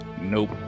Nope